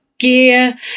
gear